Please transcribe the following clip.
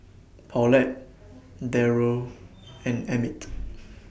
Paulette Darrel and Emmitt